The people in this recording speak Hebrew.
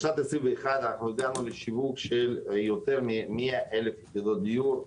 בשנת 2021 הגענו לשיווק של יותר מ-100,000 יחידות דיור,